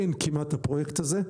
אין כמעט את הפרויקט הזה,